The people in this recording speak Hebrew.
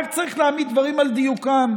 רק צריך להעמיד דברים על דיוקם.